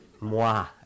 Moi